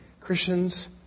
Christians